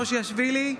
מושיאשוילי,